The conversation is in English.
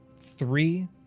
three